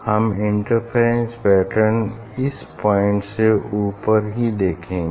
हम interference pattern इस point से ऊपर ही देखेंगे